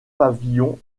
pavillon